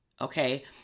okay